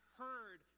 heard